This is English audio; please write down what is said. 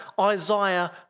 Isaiah